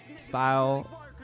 style